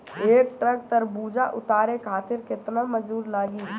एक ट्रक तरबूजा उतारे खातीर कितना मजदुर लागी?